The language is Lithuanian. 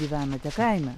gyvenate kaime